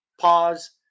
pause